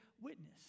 witness